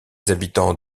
habitants